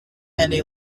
and